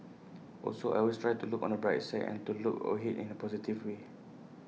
also I always try to look on the bright side and to look ahead in A positive way